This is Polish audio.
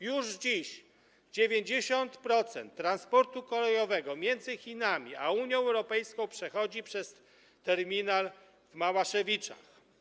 Już dziś 90% transportu kolejowego między Chinami a Unią Europejską przechodzi przez terminal w Małaszewiczach.